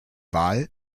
wahl